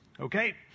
Okay